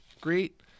great